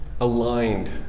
aligned